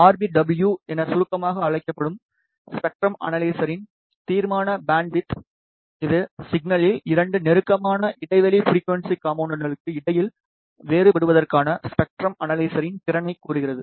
R B W என சுருக்கமாக அழைக்கப்படும் ஸ்பெக்ட்ரம் அனலைசரின் தீர்மான பேண்ட்விட்த் இது சிக்னலில் 2 நெருக்கமான இடைவெளி ஃபிரிக்குவன்ஸி காம்போனென்ட்களுக்கு இடையில் வேறுபடுவதற்கான ஸ்பெக்ட்ரம் அனலைசரின் திறனைக் கூறுகிறது